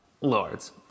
Lords